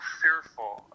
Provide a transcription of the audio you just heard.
fearful